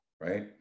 right